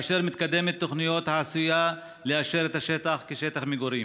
כאשר מתקדמת תוכנית העשויה לאשר את השטח כשטח מגורים.